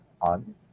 on